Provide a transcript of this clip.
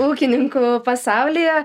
ūkininkų pasaulyje